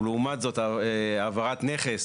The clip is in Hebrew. לעומת זאת, העברת נכס